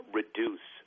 reduce